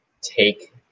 take